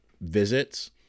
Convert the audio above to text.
visits